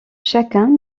chacun